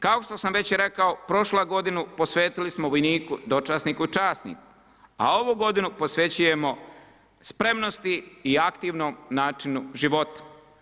Kao što sam već rekao prošlu godinu posvetili smo vojniku, dočasniku, časniku, a ovu godinu posvećujemo spremnosti i aktivnom načinu života.